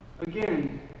Again